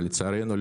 לצערנו,